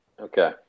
Okay